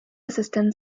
assistant